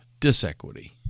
disequity